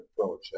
approach